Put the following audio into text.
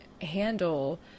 handle